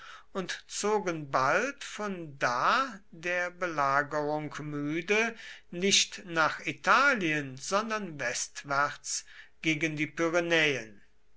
und zogen bald von da der belagerung müde nicht nach italien sondern westwärts gegen die